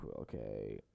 okay